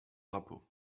drapeau